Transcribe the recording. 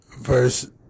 verse